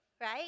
right